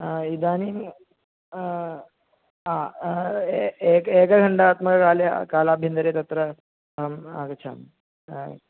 इदानीं एक एक एकघण्टात्मककाले कालाभ्यन्तरे तत्र अहम् आगच्छामि